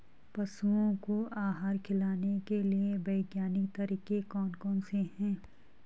पशुओं को आहार खिलाने के लिए वैज्ञानिक तरीके कौन कौन से हैं?